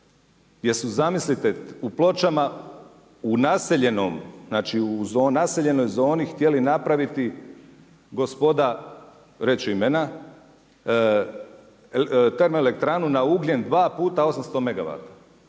su zamislite u Pločama u naseljenom, u naseljenoj zoni htjeli napraviti gospoda reći ću imena, termoelektranu na ugljen, dva puta osamsto megawata.